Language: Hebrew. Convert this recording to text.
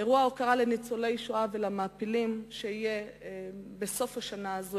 אירוע הוקרה לניצולי השואה ולמעפילים יהיה בסוף השנה הזאת.